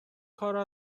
کار